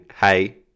hey